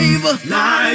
Life